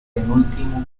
penúltimo